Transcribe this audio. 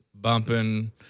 bumping